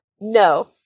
No